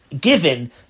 given